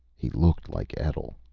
he looked like etl.